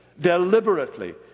deliberately